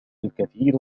الكثير